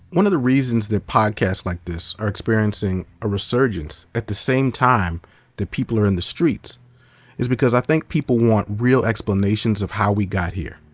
one of the reasons that podcasts like this are experiencing a resurgence at the same time that people are in the streets is because i think people want real explanations of how we got here.